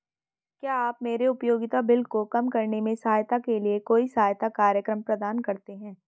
क्या आप मेरे उपयोगिता बिल को कम करने में सहायता के लिए कोई सहायता कार्यक्रम प्रदान करते हैं?